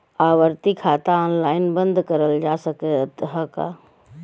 आवर्ती खाता ऑनलाइन बन्द करल जा सकत ह का?